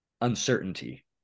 uncertainty